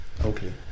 Okay